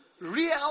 real